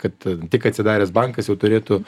kad tik atsidaręs bankas jau turėtų